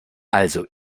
also